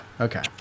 Okay